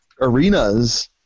arenas